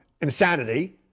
insanity